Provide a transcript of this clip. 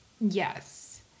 Yes